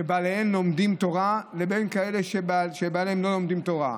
שבעליהן לומדים תורה לבין כאלה שבעליהן לא לומדים תודה.